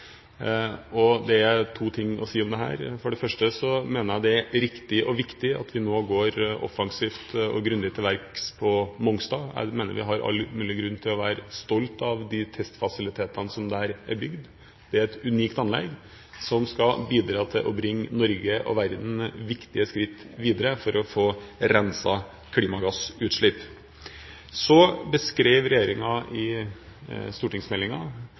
Det er to ting å si om dette. For det første mener jeg det er riktig og viktig at vi nå går offensivt og grundig til verks på Mongstad. Jeg mener vi har all mulig grunn til å være stolt av de testfasilitetene som der er bygd. Det er et unikt anlegg som skal bidra til å bringe Norge og verden viktige skritt videre for å få renset klimagassutslipp. Så beskrev regjeringen i